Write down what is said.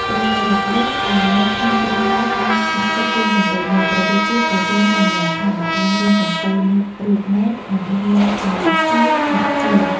ព្រះវរវង្សដែលនៅក្នុងទ្រុងដែកបានស្ម័គ្រចិត្តរុញសំពៅនោះ ព្រះរាជាក៏ទ្រង់សន្យាថាបើឯងរុញសំពៅនេះរួចមែន នឹងដោះលែងឲ្យជាអ្នកជា.